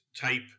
type